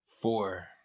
Four